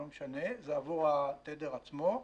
זה עבור התדר עצמו.